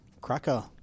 cracker